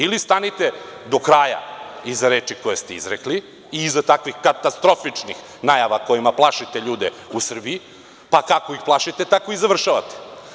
Ili stanite do kraja iza reči koje ste izrekli i iza takvih katastrofičnih najava kojima plašite ljude u Srbiji, pa, kako ih plašite, tako i završavate.